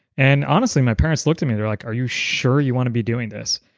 and honestly, my parents looked at me, they're like, are you sure you want to be doing this?